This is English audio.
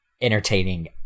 entertaining